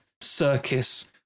Circus